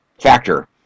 factor